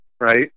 right